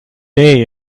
day